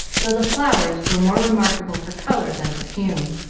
though the flowers were more remarkable for color than perfume.